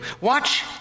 Watch